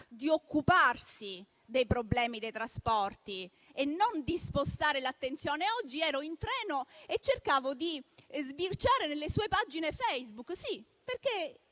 di occuparsi dei problemi dei trasporti e non di spostare l'attenzione. Oggi ero in treno e cercavo di sbirciare nelle sue pagine Facebook; sì, perché